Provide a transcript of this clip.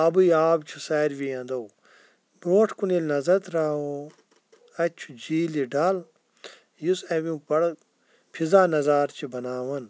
آبٕے آب چھُ ساروِی اَندو برونٛٹھ کُن ییٚلہِ نظر ترٛاوَو اَتہِ چھُ جھیٖلِ ڈَل یُس اَمیُٚک بَڑٕ فِضا نَظارٕ چھِ بَناوان